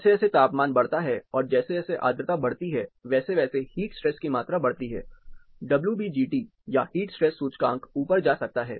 जैसे जैसे तापमान बढ़ता है और जैसे जैसे आर्द्रता बढ़ती जाती है वैसे वैसे हीट स्ट्रेस की मात्रा बढ़ती है डब्ल्यूबीजीटी या हीट स्ट्रेस सूचकांक ऊपर जा सकता है